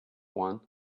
one